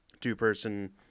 two-person